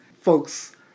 folks